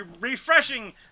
refreshing